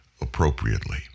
appropriately